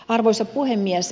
arvoisa puhemies